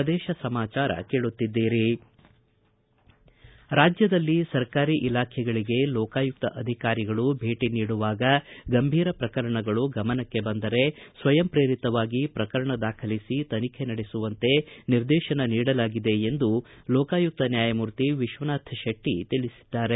ಪ್ರದೇಶ ಸಮಾಚಾರ ಕೇಳುತ್ತಿದ್ದೀರಿ ರಾಜ್ಞದಲ್ಲಿ ಸರಕಾರಿ ಇಲಾಖೆಗಳಗೆ ಲೋಕಾಯುಕ್ತ ಅಧಿಕಾರಿಗಳು ಭೇಟ ನೀಡುವಾಗ ಗಂಭೀರ ಪ್ರಕರಣಗಳು ಗಮನಕ್ಕೆ ಬಂದರೆ ಸ್ವಯಂ ಶ್ರೇರಿತವಾಗಿ ಶ್ರಕರಣ ದಾಖಲಿಸಿ ತನಿಖೆ ನಡೆಸುವಂತೆ ನಿರ್ದೇತನ ನೀಡಲಾಗಿದೆ ಎಂದು ಲೋಕಾಯುಕ್ತ ನ್ಯಾಯಮೂರ್ತಿ ವಿಶ್ವನಾಥ ಶೆಟ್ಟ ಹೇಳಿದ್ದಾರೆ